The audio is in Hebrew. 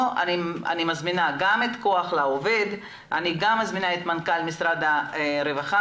אני מזמינה את כח לעובד, את מנכ"ל משרד הרווחה